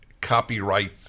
copyright